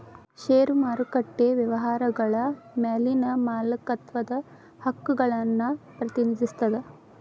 ಷೇರು ಮಾರುಕಟ್ಟೆ ವ್ಯವಹಾರಗಳ ಮ್ಯಾಲಿನ ಮಾಲೇಕತ್ವದ ಹಕ್ಕುಗಳನ್ನ ಪ್ರತಿನಿಧಿಸ್ತದ